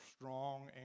strong